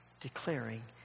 declaring